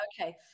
Okay